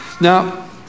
Now